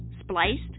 Spliced